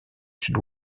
sud